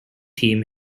team